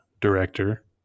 director